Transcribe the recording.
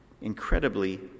incredibly